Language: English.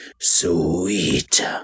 sweet